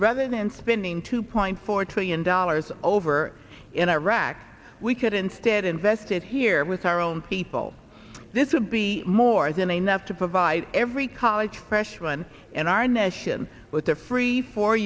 rather than spending two point four trillion dollars over in iraq we could instead invested here with our own people this would be more than enough to provide every college freshman in our nation with a free fo